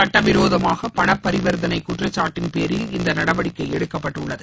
சுட்டவிரோதமாக பணப் பரிவர்த்தனை குற்றச்சாட்டின் பேரில் இந்த நடவடிக்கை எடுக்கப்பட்டுள்ளது